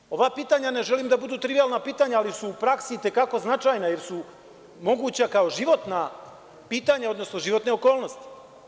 Dakle, ova pitanja ne želim da budu trivijalna pitanja, ali su u praksi i te kako značajna jer su moguća kao životna pitanja, odnosno životne okolnosti.